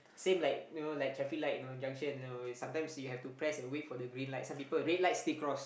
same like you know like traffic light know junction you know sometimes you have to press and wait for the green light some people red light still cross